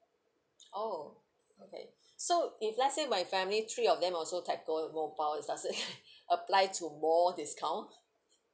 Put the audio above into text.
oh okay so if let's say my family three of them also telco mobile does it apply to more discount